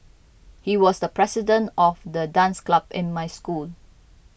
he was the president of the dance club in my school